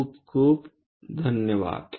खूप खूप धन्यवाद